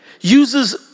uses